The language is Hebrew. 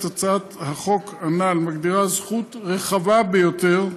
הצעת החוק הנ"ל מגדירה זכות רחבה ביותר,